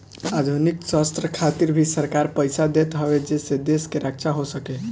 आधुनिक शस्त्र खातिर भी सरकार पईसा देत हवे जेसे देश के रक्षा हो सके